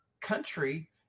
country